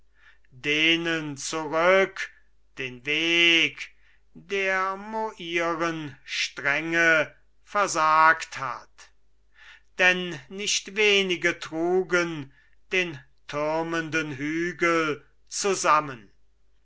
denen zurück den weg der moiren strenge versagt hat denn nicht wenige trugen den türmenden hügel zusammen